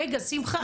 רגע שמחה,